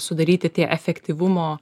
sudaryti tie efektyvumo